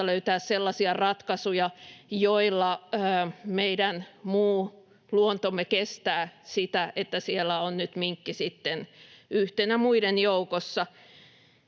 löytää sellaisia ratkaisuja, joilla meidän muu luontomme kestää sitä, että siellä on nyt minkki sitten yhtenä muiden joukossa.